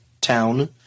town